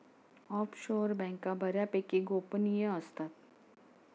offshore बँका बऱ्यापैकी गोपनीय असतात